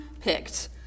picked